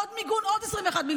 עוד מיגון עוד 21 מיליון,